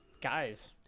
guys